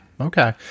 Okay